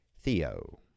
Theo